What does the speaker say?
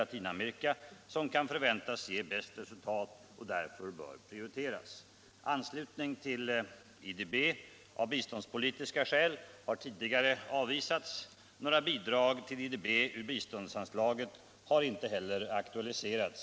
Latinamerika, som kan förväntas ge bäst resultat och därför bör prioriteras.